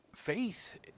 Faith